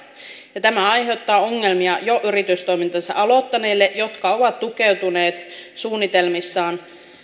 tämä aiheuttaa ongelmia jo yritystoimintansa aloittaneille jotka ovat tukeutuneet suunnitelmissaan